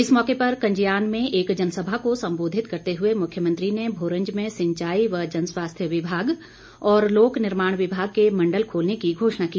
इस मौके पर कन्जयान में एक जनसभा को संबोधित करते हुए मुख्यमंत्री ने भोरंज में सिंचाई व जनस्वास्थ्य विभाग और लोक निर्माण विभाग के मंडल खोलने की घोषणा की